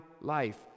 life